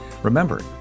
Remember